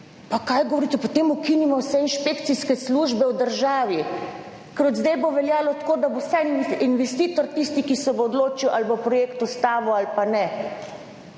Pa kaj govorite. Potem ukinimo vse inšpekcijske službe v državi, ker od zdaj bo veljalo tako, da bo vsaj investitor tisti, ki se bo odločil ali bo projekt ustavil ali pa ne,